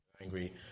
angry